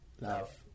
Love